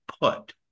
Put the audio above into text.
put